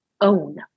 own